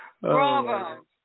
Bravo